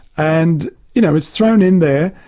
and you know it's thrown in there.